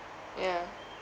yeah